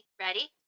ready